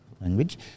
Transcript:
language